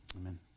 Amen